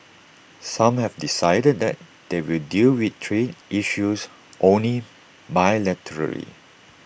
some have decided that they will deal with trade issues only bilaterally